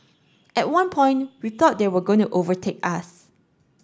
at one point we thought they were going to overtake us